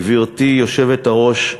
גברתי היושבת-ראש,